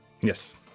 Yes